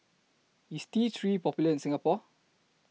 IS T three Popular in Singapore